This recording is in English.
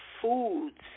foods